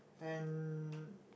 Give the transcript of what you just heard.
and